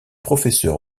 professeur